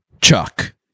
Chuck